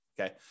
Okay